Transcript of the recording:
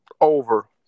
Over